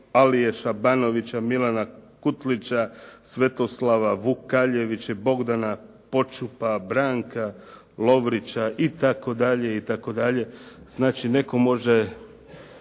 Alije Šabanovića, Milana Kutlića, Svetoslava Vukaljevića i Bogdana Počupa, Branka Lovrića itd. itd. Znači netko može